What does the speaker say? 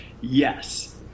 Yes